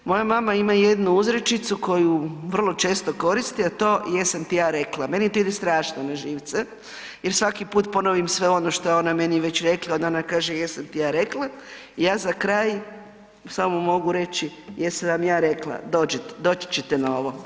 Moja mama ima jednu uzrečicu koju vrlo često koristi, a to „jesam ti ja rekla“, meni to ide strašno na živce, jer svaki put ponovim sve ono što je ona meni već rekla, onda ona kaže jesam ti ja rekla i ja za kraj samo mogu reći, jesam vam ja rekla doći ćete na ovo.